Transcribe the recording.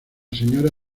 señora